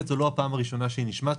ב', זו לא הפעם הראשונה שהיא נשמעת.